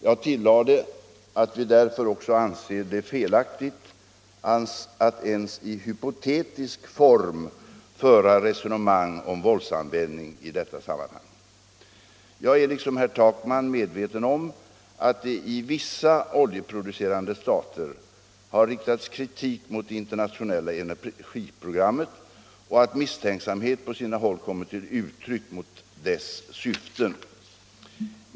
Jag tillade att vi därför också anser det felaktigt att ens i hypotetisk form föra resonemang om våldsanvändning i detta sammanhang. Jag är liksom herr Takman medveten om att det i vissa oljeproducerande stater har riktats kritik mot det internationella energiprogrammet och att misstänksamhet på sina håll kommit till uttryck mot dess syften.